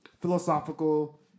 philosophical